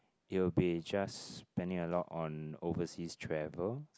it will be just spending a lot on overseas travel